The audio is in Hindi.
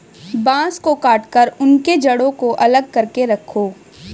बांस को काटकर उनके जड़ों को अलग करके रखो